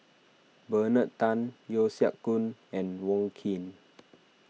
Bernard Tan Yeo Siak Goon and Wong Keen